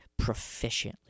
proficiently